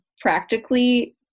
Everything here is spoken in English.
practically